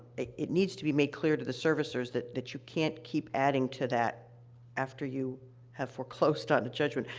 it it needs to be made clear to the servicers that that you can't keep adding to that after you have foreclosed on the judgment,